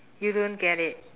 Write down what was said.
you don't get it